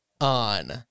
on